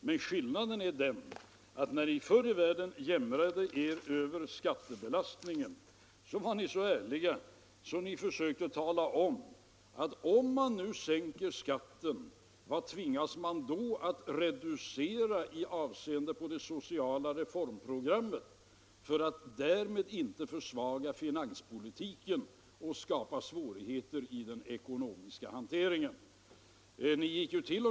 Men skillnaden är den att när ni förr i världen jämrade er över skattebelastningen var ni så ärliga att ni försökte svara på frågan: Om man nu sänker skatten, vad tvingas man då att reducera i avseende på det sociala reformprogrammet för att därmed inte försvaga finanspolitiken och skapa svårigheter i den ekonomiska hanteringen? Ni gick ju t. .o.